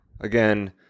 Again